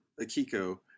Akiko